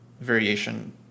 variation